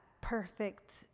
perfect